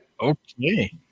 Okay